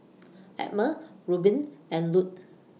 Emma Reuben and Lute